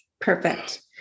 Perfect